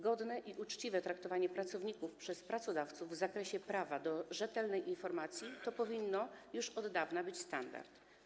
Godne i uczciwe traktowanie pracowników przez pracodawców z zakresie prawa do rzetelnej informacji to powinien już od dawna być standard.